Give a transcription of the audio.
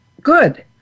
Good